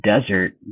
desert